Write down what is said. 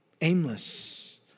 aimless